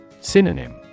Synonym